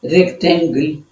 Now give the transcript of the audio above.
Rectangle